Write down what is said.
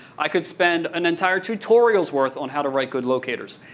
i could spend an entire tutorial's worth on how to write good locaters.